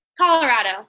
Colorado